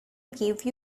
gave